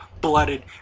blooded